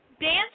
dance